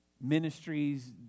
ministries